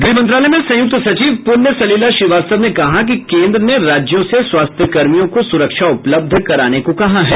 गृह मंत्रालय में संयुक्त सचिव पुण्य सलिला श्रीवास्तव ने कहा कि केंद्र ने राज्यों से स्वास्थ्यकर्मियों को सुरक्षा उपलब्ध कराने को कहा है